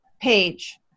page